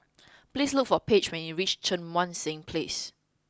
please look for Paige when you reach Cheang Wan Seng Place